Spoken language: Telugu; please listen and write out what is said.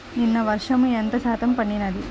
నిన్న వర్షము ఎంత శాతము పడినది?